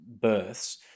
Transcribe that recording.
births